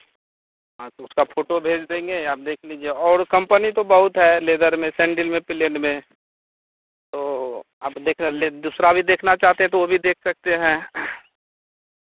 हाँ तो उसका फोटो भेज देंगे आप देख लीजिए और कंपनी तो बहुत है लेदर में सेंडिल में प्लेन में तो आप देख ले दूसरा भी देखना चाहते हैं तो वो भी देख सकते हैं